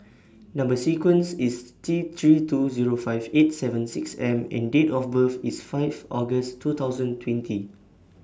Number sequence IS T three two Zero five eight seven six M and Date of birth IS Fifth August two thousand and twenty